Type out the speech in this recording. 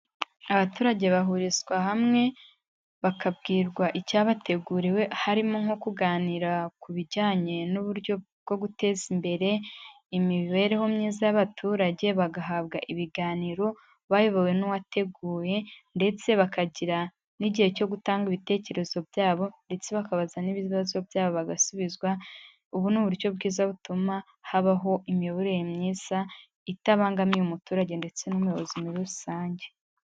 Abaturage bahurizwa hamwe bakabwirwa icyabateguriwe, harimo nko kuganira ku bijyanye n'uburyo bwo guteza imbere imibereho myiza y'abaturage, bagahabwa ibiganiro bayobowe n'uwateguye, ndetse bakagira n'igihe cyo gutanga ibitekerezo byabo, ndetse bakabaza n'ibibazo byabo bagasubizwa, ubu ni uburyo bwiza butuma habaho imiyoborere myiza, itabangamiye umuturage ndetse n'umuyobozi muri rusange.